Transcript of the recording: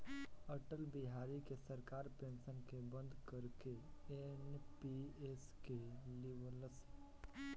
अटल बिहारी के सरकार पेंशन के बंद करके एन.पी.एस के लिअवलस